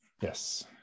Yes